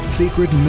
secret